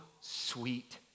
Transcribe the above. sweet